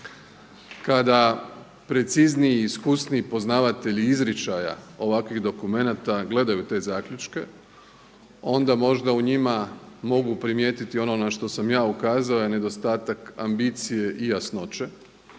Kada precizniji i iskusniji poznavatelji izričaja ovakvih dokumenata gledaju te zaključke, onda možda u njima mogu primijetiti ono na što sam ja ukazao nedostatak ambicije i jasnoće